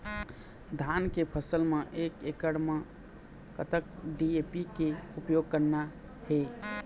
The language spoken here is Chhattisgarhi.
धान के फसल म एक एकड़ म कतक डी.ए.पी के उपयोग करना हे?